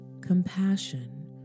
compassion